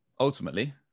Ultimately